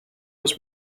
was